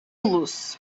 los